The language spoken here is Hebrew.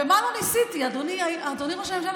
ומה לא ניסיתי, אדוני ראש הממשלה?